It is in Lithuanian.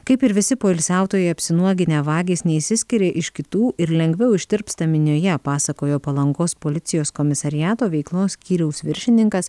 kaip ir visi poilsiautojai apsinuoginę vagys neišsiskiria iš kitų ir lengviau ištirpsta minioje pasakojo palangos policijos komisariato veiklos skyriaus viršininkas